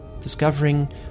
discovering